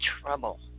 trouble